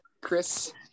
Chris